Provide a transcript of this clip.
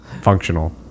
functional